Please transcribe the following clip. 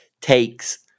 takes